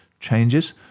changes